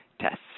tests